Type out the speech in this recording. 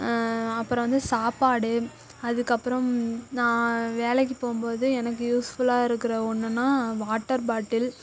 அப்பறம் வந்து சாப்பாடு அதுக்கப்புறம் நான் வேலைக்கி போகும்போது எனக்கு யூஸ்ஃபுல்லாக இருக்கிற ஒன்றுனா வாட்டர் பாட்டில்